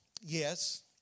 Yes